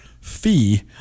fee